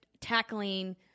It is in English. tackling